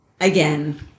Again